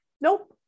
nope